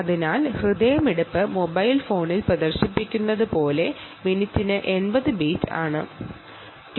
അതിനാൽ ഹൃദയമിടിപ്പ് മൊബൈൽ ഫോണിൽ പ്രദർശിപ്പിച്ചിരിക്കുന്നതുപോലെ മിനിറ്റിന് 80 ബിറ്റ് ആയി നമുക്ക് കാണാം